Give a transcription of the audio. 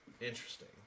interesting